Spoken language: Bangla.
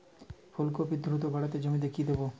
ফুলকপি দ্রুত বাড়াতে জমিতে কি দেবো?